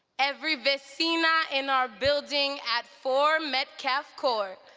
every vecina in our building, at four metcalf court,